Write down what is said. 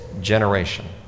generation